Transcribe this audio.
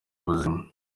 buzima